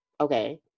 okay